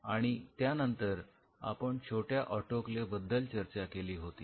आणि त्यानंतर आपण छोट्या ऑटोक्लेव बद्दल चर्चा केली होती